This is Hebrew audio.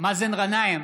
מאזן גנאים,